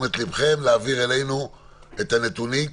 אני לא מתכוון להמשיך את הדיון בפרטי הצעת החוק